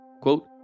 Quote